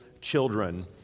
children